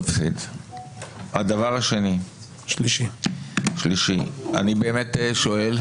הדבר השלישי, אני שואל,